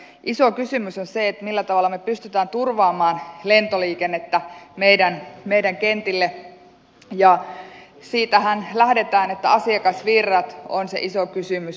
iso kysymys on se millä tavalla me pystymme turvaamaan lentoliikennettä meidän kentille ja siitähän lähdetään että asiakasvirrat on se iso kysymys